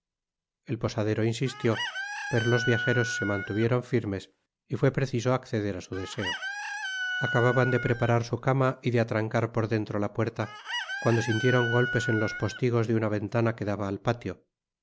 el posadero insistió pero los viajeros se mantuvieron firmes y fué preciso acceder á su deseo acababan de preparar su cama y de atrancar por dentro la puerta cuando sintieron golpes en los postigos de una ventana que daba al patio